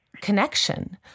connection